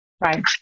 Right